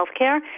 healthcare